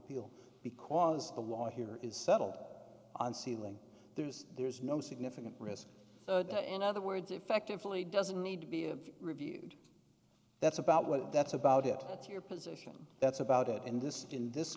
appeal because the law here is settled on sealing there's there's no significant risk in other words effectively doesn't need to be of reviewed that's about what that's about it that's your position that's about it in this in this